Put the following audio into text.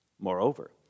Moreover